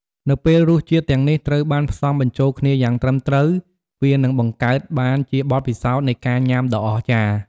នៅពេលរសជាតិទាំងនេះត្រូវបានផ្សំបញ្ចូលគ្នាយ៉ាងត្រឹមត្រូវ វានឹងបង្កើតបានជាបទពិសោធន៍នៃការញ៉ាំដ៏អស្ចារ្យ។។